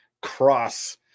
cross